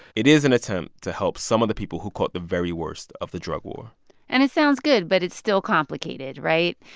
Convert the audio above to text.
it is an attempt to help some of the people who caught the very worst of the drug war and it sounds good, but it's still complicated, right?